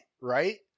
right